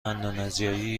اندونزیایی